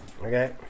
Okay